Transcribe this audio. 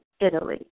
Italy